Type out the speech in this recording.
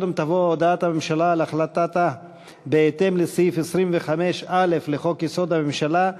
קודם תבוא הודעת הממשלה על החלטתה בהתאם לסעיף 25(א) לחוק-יסוד: הממשלה,